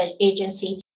Agency